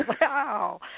wow